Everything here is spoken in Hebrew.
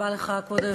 כבוד היושב-ראש,